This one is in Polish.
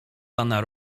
pana